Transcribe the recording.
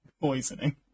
poisoning